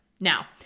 Now